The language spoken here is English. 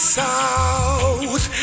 south